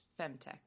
FemTech